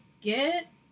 Get